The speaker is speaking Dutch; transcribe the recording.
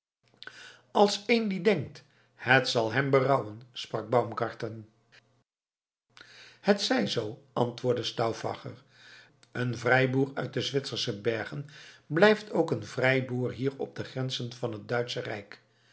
als één die denkt het zal hem berouwen sprak baumgarten het zij zoo antwoordde stauffacher een vrijboer uit de zwitsersche bergen blijft ook een vrijboer hier op de grenzen van het duitsche rijk